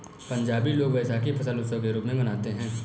पंजाबी लोग वैशाखी फसल उत्सव के रूप में मनाते हैं